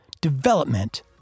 development